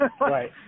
Right